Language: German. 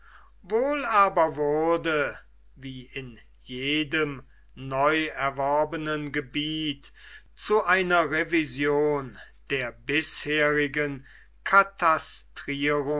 wohl aber wurde wie in jedem neu erworbenen gebiet zu einer revision der bisherigen